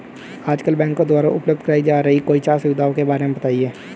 आजकल बैंकों द्वारा उपलब्ध कराई जा रही कोई चार सुविधाओं के बारे में बताइए?